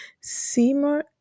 Seymour